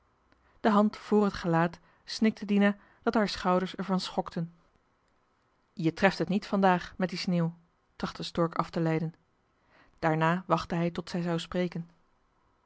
de hand vr het gelaat snikte dina dat haar schouders ervan schokten je treft het niet vandaag met die sneeuw trachtte stork af te leiden daarna wachtte hij tot zij zou spreken